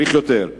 צריך יותר?